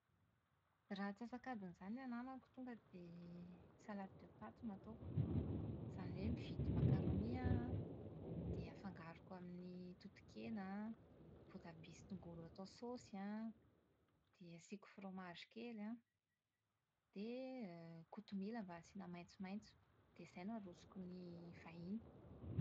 Raha antsasakadiny izany ny hananako tonga dia salade de pate no ataoko. Izany hoe mividy macaroni aho an, dia afangaroko amin'ny totokena an, voatabia sy tongolo atao saosy an, dia asiako fromage kely an, dia kotomila mba asiana maitsomaitso, dia izay no arosoko ny vahiny.